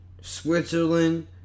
Switzerland